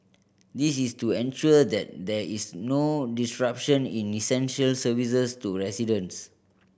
this is to ensure that there is no disruption in essential services to residents